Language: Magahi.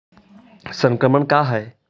संक्रमण का है?